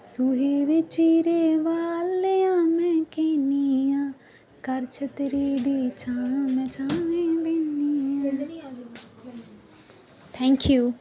ਸੂਹੇ ਵੇ ਚੀਰੇ ਵਾਲਿਆ ਮੈਂ ਕਹਿੰਨੀ ਆਂ ਕਰ ਛੱਤਰੀ ਦੀ ਛਾਂ ਮੈਂ ਛਾਵੇਂ ਬਹਿੰਨੀ ਆਂ ਥੈਂਕ ਯੂ